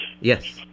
Yes